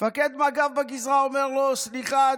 מפקד מג"ב בגזרה אומר לו: סליחה,